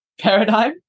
paradigm